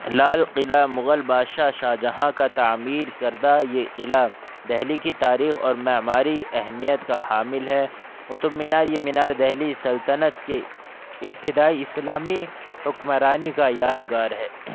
لال قلعہ مغل بادشاہ شاہ جہاں کا تعمیر کردہ یہ قلعہ دہلی کی تاریخ اور معماری اہمیت کا حامل ہے قطب مینار یہ مینار دہلی سلطنت کے ابتدائی اسلامی حکمرانی کا یادگار ہے